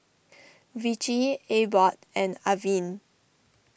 Vichy Abbott and Avene